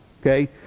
Okay